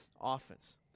offense